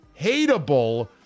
hateable